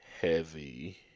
heavy